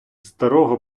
старого